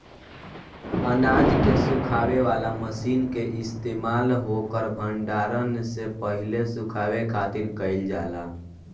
अनाज के सुखावे वाला मशीन के इस्तेमाल ओकर भण्डारण से पहिले सुखावे खातिर कईल जाला